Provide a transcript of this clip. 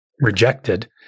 rejected